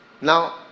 now